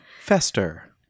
Fester